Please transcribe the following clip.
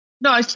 No